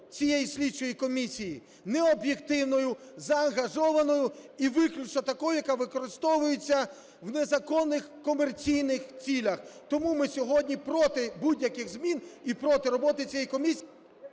цієї слідчої комісії необ'єктивною, заангажованою і виключно такою, яка використовується в незаконних комерційних цілях. Тому ми сьогодні проти будь-яких змін і проти роботи цієї комісії.